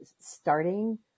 starting